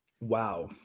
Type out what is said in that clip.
Wow